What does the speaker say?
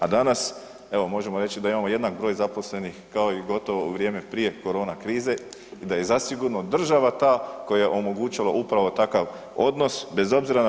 A danas evo možemo reći da imamo jednak broj zaposlenih kao i gotovo u vrijeme prije korona krize i da je zasigurno država ta koja je omogućila upravo takav odnos, bez obzira na